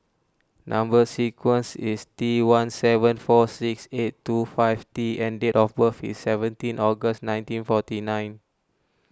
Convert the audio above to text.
Number Sequence is T one seven four six eight two five T and date of birth is seventeen August nineteen forty nine